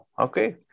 okay